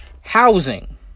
Housing